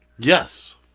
Yes